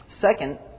Second